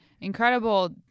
incredible